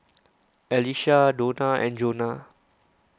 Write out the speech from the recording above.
Alycia Dona and Jonah